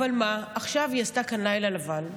אבל מה, עכשיו היא עשתה כאן לילה לבן,